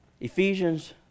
Ephesians